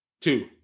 Two